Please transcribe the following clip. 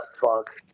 fuck